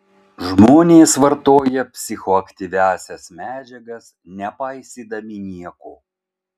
žmonės vartoja psichoaktyviąsias medžiagas nepaisydami nieko